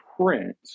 print